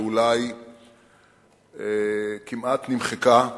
שאולי כמעט נמחקה,